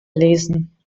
lesen